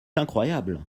incroyable